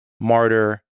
martyr